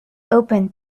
open